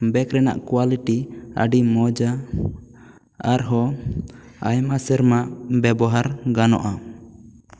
bag ᱨᱮᱱᱟᱜ quality ᱟᱹᱰᱤ ᱢᱚᱡᱟ ᱟᱨ ᱦᱚᱸ ᱟᱭᱢᱟ ᱥᱮᱨᱢᱟ ᱵᱮᱵᱚᱦᱟᱨ ᱜᱟᱱᱚᱜᱼᱟ